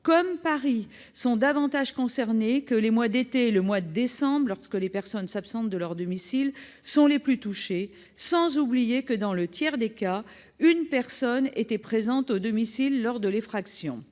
comme Paris, sont davantage concernées, et que les mois d'été et le mois de décembre, lors desquels les personnes s'absentent de leur domicile, sont les plus touchés. Il faut remarquer aussi que, dans un tiers des cas, une personne était présente au domicile lors de l'effraction.